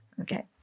okay